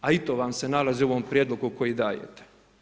A i to vam se nalazi u ovom prijedlogu koji dajete.